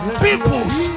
peoples